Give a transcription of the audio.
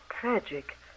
tragic